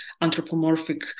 anthropomorphic